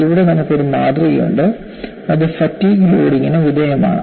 ഇവിടെ നമുക്ക് ഒരു മാതൃകയുണ്ട് അത് ഫാറ്റിഗ് ലോഡിംഗിന് വിധേയമാണ്